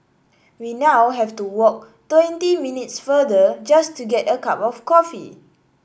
we now have to walk twenty minutes farther just to get a cup of coffee